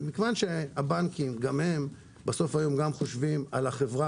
מכיוון שגם הבנקים בסופו היום חושבים גם על החברה